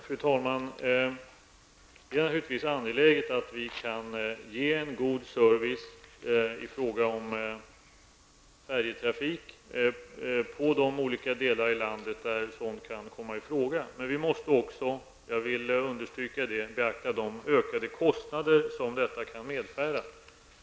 Fru talman! Det är naturligtvis angeläget att vi kan ge en god service inom färjetrafiken i de delar av landet där sådan kan komma i fråga. Vi måste -- jag vill understryka det -- beakta också de ökade kostnader som detta kan medföra.